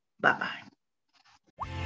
Bye-bye